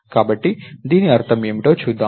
కాబట్టి దీని అర్థం ఏమిటో చూద్దాం